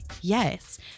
Yes